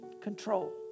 control